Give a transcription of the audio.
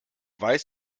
weiß